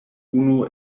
unu